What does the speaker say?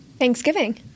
thanksgiving